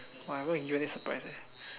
!wah! I'm gonna be very surprised eh